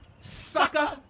Sucker